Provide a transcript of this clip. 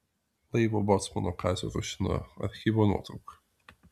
laivo bocmano kazio rušino archyvo nuotrauka